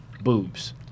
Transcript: boobs